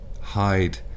hide